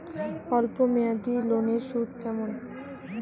অল্প মেয়াদি লোনের সুদ কেমন?